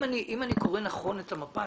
אם אני קורא נכון את המפה,